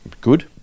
good